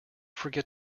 forget